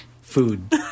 food